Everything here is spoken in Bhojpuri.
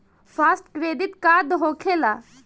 फास्ट क्रेडिट का होखेला?